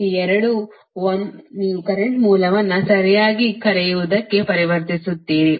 ಈ ಎರಡು 1 ನೀವು ಕರೆಂಟ್ ಮೂಲವನ್ನು ಸರಿಯಾಗಿ ಕರೆಯುವದಕ್ಕೆ ಪರಿವರ್ತಿಸುತ್ತೀರಿ